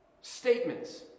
statements